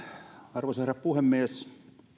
arvoisa herra puhemies